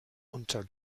unter